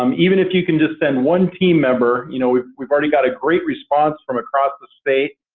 um even if you can just send one team member. you know we've we've already got a great response from across the state.